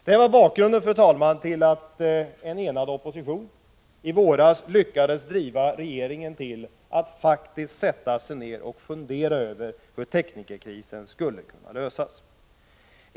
Det var bakgrunden, fru talman, till att en enig opposition i våras faktiskt lyckades driva regeringen till att sätta sig ned och fundera över hur teknikerkrisen skulle kunna lösas.